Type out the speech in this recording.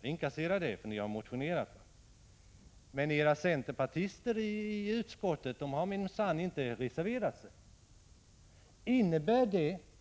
Jag inkasserar er uppslutning bakom reservationen med anledning av att ni har motionerat i frågan. Men centerpartisterna och folkpartisterna i utskottet har minsann inte reserverat sig. Innebär Sigge Godins och Gunnel